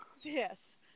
yes